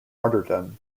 martyrdom